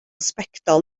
sbectol